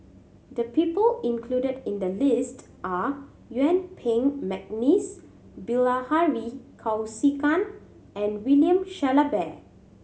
the people included in the list are Yuen Peng McNeice Bilahari Kausikan and William Shellabear